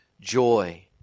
Joy